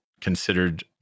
considered